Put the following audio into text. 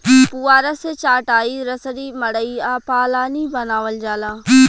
पुआरा से चाटाई, रसरी, मड़ई आ पालानी बानावल जाला